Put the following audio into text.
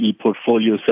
portfolio